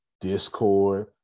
discord